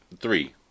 Three